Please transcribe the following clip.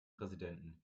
präsidenten